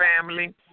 family